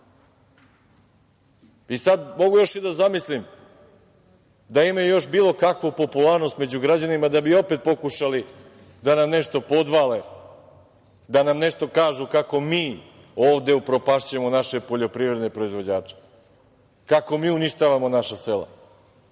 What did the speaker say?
bogatiji. Mogu još i da zamislim da imaju još bilo kakvu popularnost među građanima da bi opet pokušali da nam nešto podvale, da nam nešto kažu kako mi ovde upropašćujemo naše poljoprivredne proizvođače, kako mi uništavamo naša sela,